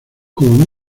como